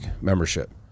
membership